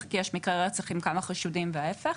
כי יש מקרי רצח עם כמה חשודים וההפך,